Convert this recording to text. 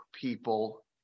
people